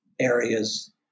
areas